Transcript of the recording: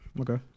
Okay